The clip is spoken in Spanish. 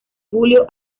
julio